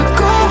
go